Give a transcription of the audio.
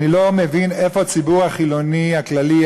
אני לא מבין איפה הציבור החילוני הכללי,